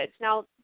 Now